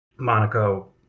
Monaco